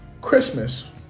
Christmas